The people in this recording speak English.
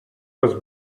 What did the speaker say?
was